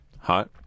Hot